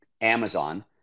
Amazon